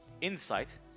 insight